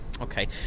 Okay